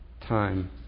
time